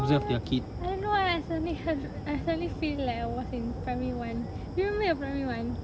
err I don't know why I suddenly have I suddenly feel like I was in primary one you remember your primary one